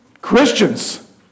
Christians